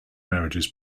marriages